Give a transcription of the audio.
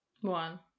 One